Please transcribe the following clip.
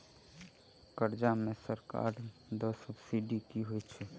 कर्जा मे सरकारक देल सब्सिडी की होइत छैक?